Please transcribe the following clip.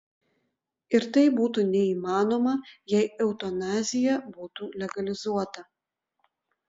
ir tai būtų neįmanoma jei eutanazija būtų legalizuota